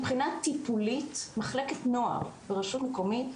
מבחינה טיפולית מחלקות הנוער ברשות מקומית,